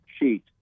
sheet